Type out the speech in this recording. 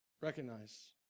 recognize